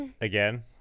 again